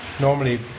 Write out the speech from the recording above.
normally